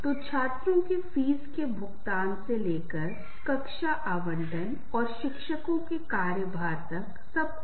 संबंध बनाने में कई साल लग जाते हैं लेकिन रिश्ते टूटने में कुछ ही सेकंड कुछ ही मिनट लगते हैं